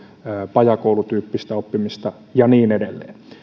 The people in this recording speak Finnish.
pajakoulutyyppistä oppimista ja niin edelleen